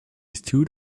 stood